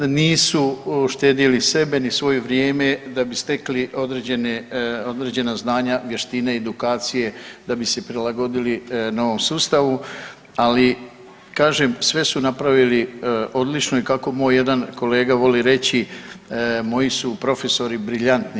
Nisu štedjeli sebe ni svoje vrijeme da bi stekli određena znanja, vještine, edukacije da bi se prilagodili novom sustavu, ali kažem sve su napravili odlično i kako moj jedan kolega voli reći, moji su profesori briljantni.